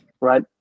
right